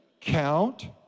count